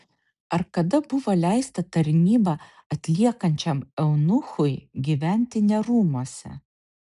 ar kada buvo leista tarnybą atliekančiam eunuchui gyventi ne rūmuose